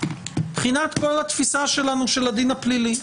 מבחינת כל התפיסה שלנו של הדין הפלילי,